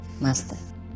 master